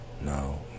No